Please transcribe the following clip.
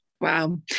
Wow